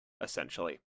essentially